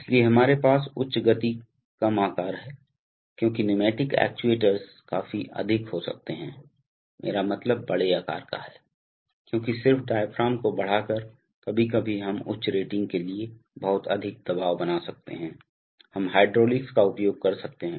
इसलिए हमारे पास उच्च गति कम आकार है क्योंकि न्यूमैटिक एक्ट्यूएटर्स काफी अधिक हो सकते हैं मेरा मतलब बड़े आकार का है क्योंकि सिर्फ डायाफ्राम को बढ़ाकर कभी कभी हम उच्च रेटिंग के लिए बहुत अधिक दबाव बना सकते हैं हम हाइड्रोलिक्स का उपयोग कर सकते हैं